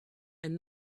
and